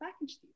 package